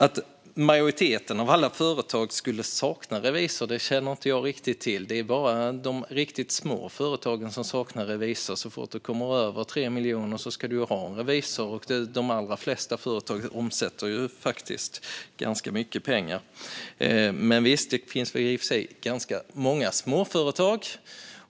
Att majoriteten av alla företag skulle sakna revisor känner inte jag riktigt igen. Det är bara de riktigt små företagen som saknar revisor. Så fort man kommer över 3 miljoner ska man ha en revisor, och de allra flesta företag omsätter faktiskt ganska mycket pengar. Men, visst, det finns i och för sig ganska många småföretag.